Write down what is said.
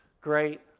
great